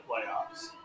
playoffs